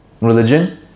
religion